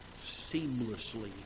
seamlessly